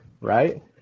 right